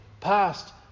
Past